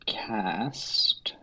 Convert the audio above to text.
cast